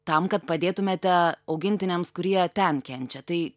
tam kad padėtumėte augintiniams kurie ten kenčia tai